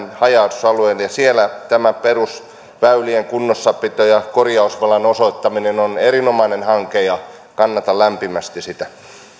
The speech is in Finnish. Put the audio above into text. haja asutusalueet ja siellä tämä perusväylien kunnossapito ja korjausvelan osoittaminen on erinomainen hanke ja kannatan lämpimästi sitä